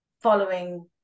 following